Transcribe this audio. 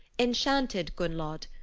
enchanted gunnlod,